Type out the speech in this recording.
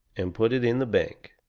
and put it in the bank.